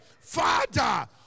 Father